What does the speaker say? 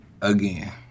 Again